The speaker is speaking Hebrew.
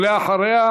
ואחריה,